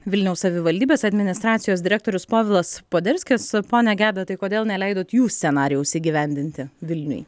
vilniaus savivaldybės administracijos direktorius povilas poderskis pone geda tai kodėl neleidot jų scenarijaus įgyvendinti vilniuj